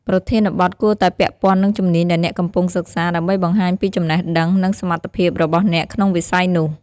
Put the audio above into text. ប្រធានបទគួរតែពាក់ព័ន្ធនឹងជំនាញដែលអ្នកកំពុងសិក្សា ដើម្បីបង្ហាញពីចំណេះដឹង និងសមត្ថភាពរបស់អ្នកក្នុងវិស័យនោះ។